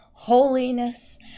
Holiness